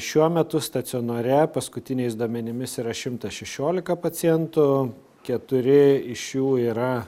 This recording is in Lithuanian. šiuo metu stacionare paskutiniais duomenimis yra šimtas šešiolika pacientų keturi iš jų yra